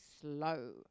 slow